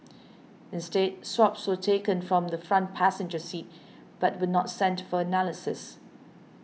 instead swabs were taken from the front passenger seat but were not sent for analysis